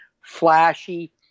flashy